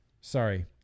Sorry